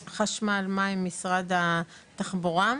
חשמל, מים, משרד התחבורה,